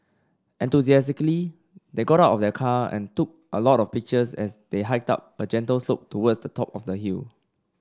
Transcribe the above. enthusiastically they got of the car and took a lot of pictures as they hiked up a gentle slope towards the top of the hill